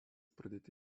pradėti